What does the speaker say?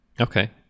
Okay